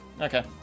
Okay